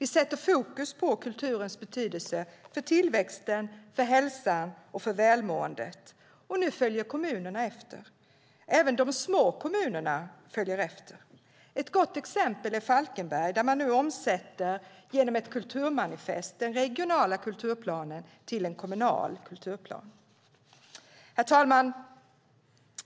Vi sätter fokus på kulturens betydelse för tillväxten, hälsan och välmåendet, och nu följer kommunerna efter. Även de små kommunerna följer efter. Ett gott exempel är Falkenberg, där man nu genom ett kulturmanifest omsätter den regionala kulturplanen till en kommunal kulturplan. Herr talman!